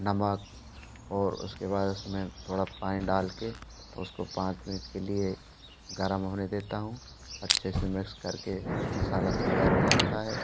नमक और उसके बाद उसमें थोड़ा पानी कर उसको पाँच मिनट के लिए गर्म होने देता हूँ अच्छे से मिक्स करके मसाला तैयार हो जाता है